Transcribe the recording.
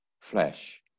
flesh